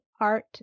Art